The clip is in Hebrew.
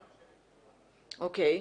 אוקיי,